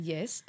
Yes